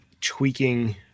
tweaking